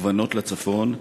מכוונים לצפון.